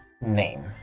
name